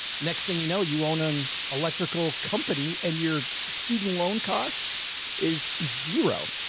next thing, you know, you own an electrical company and your student loan cost is zero.